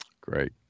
Great